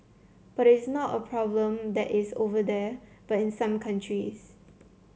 but it's not a problem that is over there but in some countries